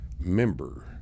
member